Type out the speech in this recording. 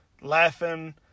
laughing